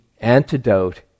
antidote